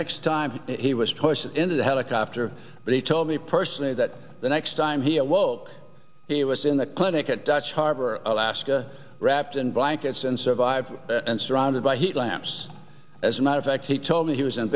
next time he was pushed into the helicopter but he told me personally that the next time he awoke he was in the clinic at dutch harbor alaska wrapped in blankets and survived and surrounded by heat lamps as a matter of fact he told me he was in